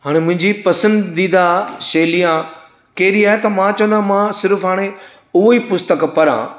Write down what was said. हाणे मुंहिंजी पसंदीदा शैलीयां कहिड़ी आहे त मां चवंदो मां सिर्फ़ु हाणे उहो ई पुस्तक पढां